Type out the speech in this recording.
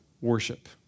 worship